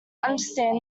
understand